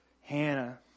Hannah